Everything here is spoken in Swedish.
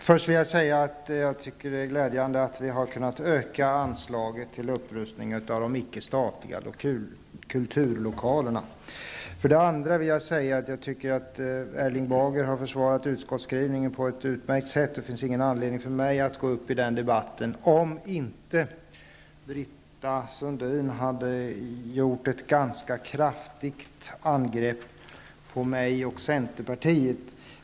Herr talman! Det är glädjande att vi har kunnat öka anslaget till upprustning av de icke-statliga kulturlokalerna. Erling Bager har försvarat utskottsskrivningen på ett utmärkt sätt. Det skulle inte finnas någon anledning för mig att gå upp i den debatten, om inte Britta Sundin hade gjort ett ganska kraftigt angrepp på mig och centern.